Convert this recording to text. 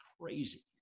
crazy